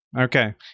Okay